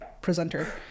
presenter